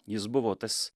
jis buvo tas